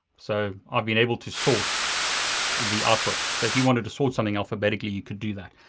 so i've been able to sort the output. so if you wanted to sort something alphabetically, you could do that,